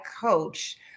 coach